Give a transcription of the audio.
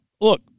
Look